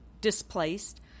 displaced